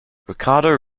ricardo